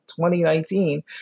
2019